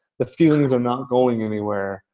the feelings are not going anywhere.